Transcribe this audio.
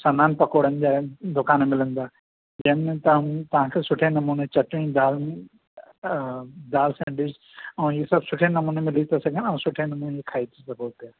सन्ह्नि पकोड़ेनि जा दुकान मिलंदा जंहिंमें तव्हांखे सुठे नमूने चटणी दाल अ दाल सैंडविच ऐं हीअ सभु सुठे नमूने मिली थो सघे न ऐं सुठे नमूने खाई सघो पिया